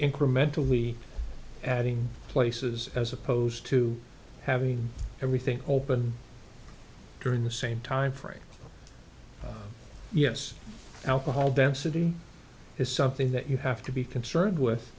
incrementally adding places as opposed to having everything open during the same timeframe yes alcohol density is something that you have to be concerned with